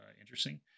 interesting